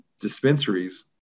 dispensaries